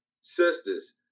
sisters